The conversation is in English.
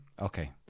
okay